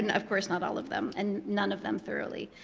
and of course, not all of them, and none of them thoroughly.